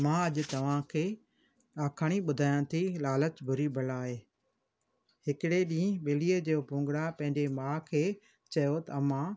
मां अॼु तव्हांखे आखाणी ॿुधायां थी लालच बुरी बला आहे हिकिड़े ॾींहुं ॿिलीअ जो पुंगड़ा पंहिंजे माउ खे चयो त माउ